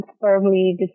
firmly